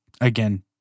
again